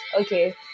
Okay